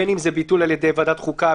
בין אם זה ביטול על ידי ועדת החוקה,